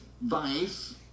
vice